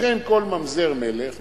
לכן כל ממזר מלך,